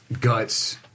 Guts